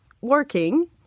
working